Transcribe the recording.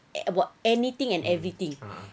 eh about everything and anything